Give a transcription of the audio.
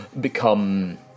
become